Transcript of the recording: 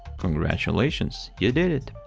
congratulations you did it!